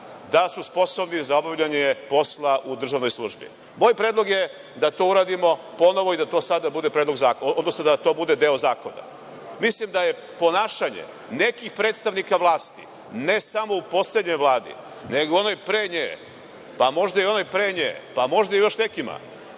da su sposobni za obavljanje posla u državnoj službi. Moj predlog je da to uradimo ponovo i da to sada bude do zakona. Mislim da je ponašanje nekih predstavnika vlasti ne samo u poslednjoj Vladi, nego u onoj pre nje, pa možda u onoj i pre nje, možda u još nekima